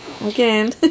again